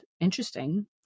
interesting